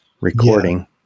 recording